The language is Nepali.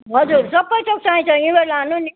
हजुर सब थोक पाइन्छ यहीँबाट लानु नि